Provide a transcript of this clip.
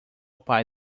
pai